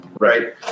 right